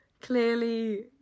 Clearly